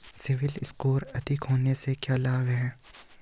CIBIL score अधिक होने से क्या लाभ हैं?